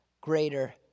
greater